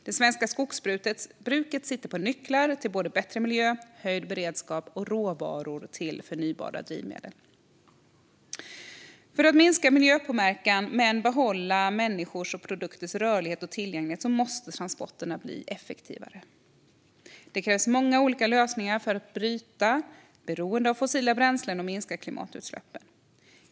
Det svenska skogsbruket sitter på nycklar till bättre miljö, höjd beredskap och råvaror till förnybara drivmedel. För att minska miljöpåverkan men behålla människors och produkters rörlighet och tillgänglighet måste transporterna bli effektivare. Det krävs många olika lösningar för att bryta beroendet av fossila bränslen och minska klimatutsläppen.